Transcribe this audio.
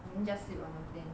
mm just sleep on the plane